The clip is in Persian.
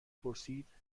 پرسیدچرا